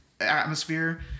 atmosphere